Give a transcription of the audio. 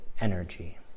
energy